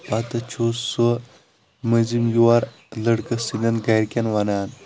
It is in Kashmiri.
پتہٕ چھُ سُہ مٔنٛزِم یور لڑکہ سٕنٛدٮ۪ن گرِکٮ۪ن ونان